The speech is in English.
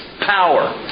power